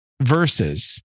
verses